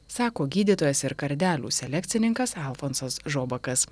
sako gydytojas ir kardelių selekcininkas alfonsas žobakas